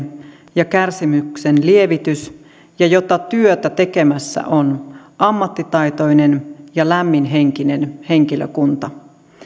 ja kärsimyksen lievitys ja jota työtä tekemässä on ammattitaitoinen ja lämminhenkinen henkilökunta